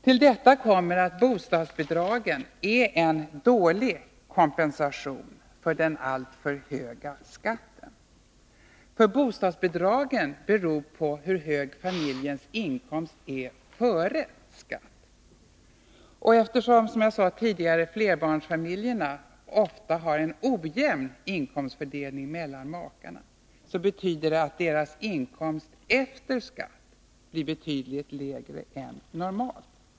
Till detta kommer att bostadsbidraget är en dålig kompensation för den alltför höga skatten. Bostadsbidraget beror nämligen på hur hög hushållsinkomsten är före skatt. Eftersom flerbarnsfamiljerna, som jag sade tidigare, ofta har en ojämn inkomstfördelning mellan makarna, blir deras inkomst efter skatt betydligt lägre än normalt.